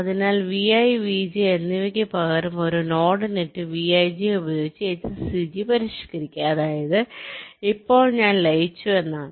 അതിനാൽ Vi Vj എന്നിവയ്ക്ക് പകരം ഒരു നോഡ് നെറ്റ് Vij ഉപയോഗിച്ച് HCG പരിഷ്ക്കരിക്കുക അതായത് ഇപ്പോൾ ഞാൻ ലയിച്ചു എന്നാണ്